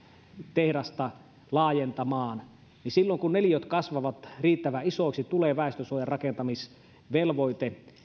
tehdasta laajentamaan niin silloin kun neliöt kasvavat riittävän isoiksi tulee väestönsuojan rakentamisvelvoite